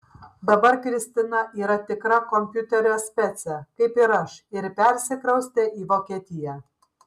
dabar kristina yra tikra kompiuterio specė kaip ir aš ir persikraustė į vokietiją